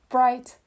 Bright